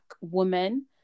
woman